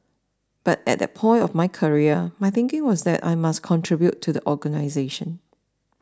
but at that point of my career my thinking was that I must contribute to the organisation